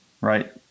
right